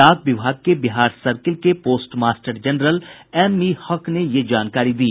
डाक विभाग के बिहार सर्किल के post master general M E Haque ने यह जानकारी दी